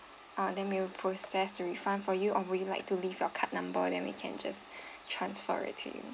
uh then we will process to refund for you or would you like to leave your card number then we can just transfer it to you